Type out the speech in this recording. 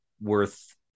worth